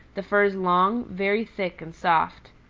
the fur is long, very thick and soft.